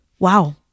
Wow